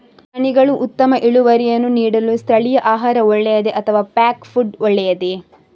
ಪ್ರಾಣಿಗಳು ಉತ್ತಮ ಇಳುವರಿಯನ್ನು ನೀಡಲು ಸ್ಥಳೀಯ ಆಹಾರ ಒಳ್ಳೆಯದೇ ಅಥವಾ ಪ್ಯಾಕ್ ಫುಡ್ ಒಳ್ಳೆಯದೇ?